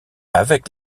avec